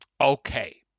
Okay